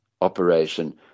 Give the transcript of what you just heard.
operation